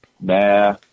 nah